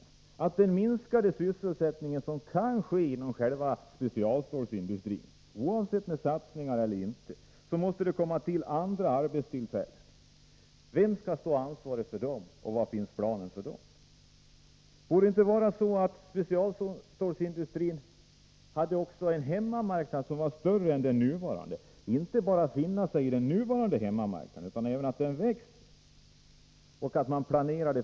På grund av den minskning av sysselsättningen som kan komma att ske inom själva specialstålsindustrin, oavsett om det görs satsningar eller inte, måste det tillkomma andra arbetstillfällen. Vem skall vara ansvarig för dem, och var finns planer för dem? Borde det inte vara så att specialstålsindustrin också hade en hemmamarknad som var större än den nuvarande? Man skulle inte bara nöja sig med den nuvarande hemmamarknaden utan även se till att den växer.